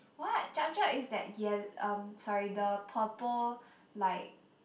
what Jup Jup is that yel~ um sorry the purple like